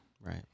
Right